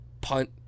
punt